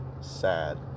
sad